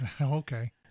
Okay